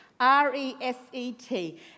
R-E-S-E-T